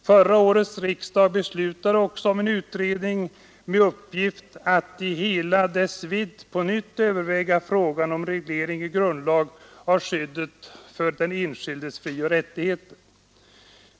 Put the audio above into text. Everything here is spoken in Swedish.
Förra årets riksdag beslutade också om en utredning med uppgift att ”i hela dess vidd på nytt överväga frågan om reglering i grundlag av skyddet för den enskildes frioch rättigheter”.